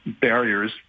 barriers